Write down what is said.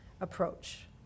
approach